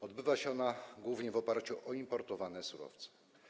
Odbywa się to głównie w oparciu o importowane surowce.